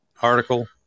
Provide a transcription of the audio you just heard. article